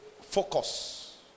focus